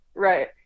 Right